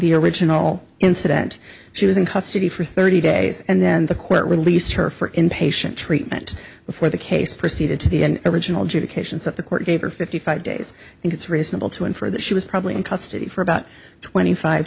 the original incident she was in custody for thirty days and then the court released her for inpatient treatment before the case proceeded to the end original judy cations of the court gave her fifty five days and it's reasonable to infer that she was probably in custody for about twenty five